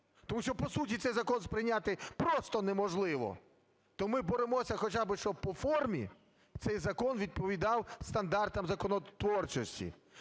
тому що по суті цей закон сприйняти просто неможливо, то ми боремося хоча би щоб по формі цей закон відповідав стандартам законотворчості.